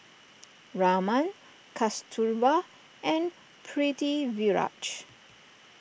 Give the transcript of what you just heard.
Raman Kasturba and Pritiviraj